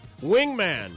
Wingman